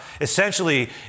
essentially